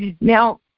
Now